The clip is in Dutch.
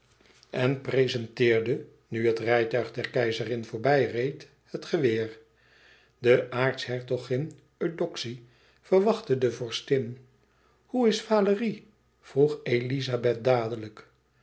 en prezenteerde nu het rijtuig der keizerin voorreed het geweer de aartshertogin eudoxie verwachtte de vorstin hoe is valérie vroeg elizabeth dadelijk